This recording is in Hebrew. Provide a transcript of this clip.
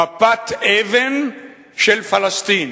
מפת אבן של פלסטין.